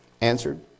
answered